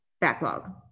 backlog